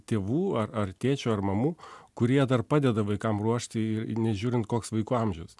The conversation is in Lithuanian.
tėvų ar ar tėčių ar mamų kurie dar padeda vaikams ruošti ir nežiūrint koks vaikų amžius